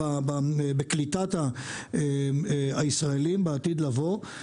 בקליטת הישראלים בעתיד לבוא.